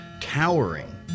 towering